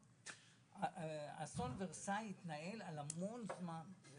אסון ורסאי התנהל במשך המון זמן.